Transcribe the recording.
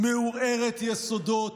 מעורערת יסודות,